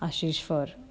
ashey for